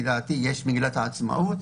יש מגילת העצמאות,